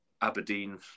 Aberdeen